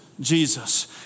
Jesus